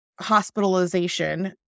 hospitalization